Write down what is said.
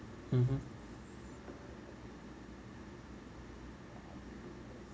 mmhmm